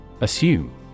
Assume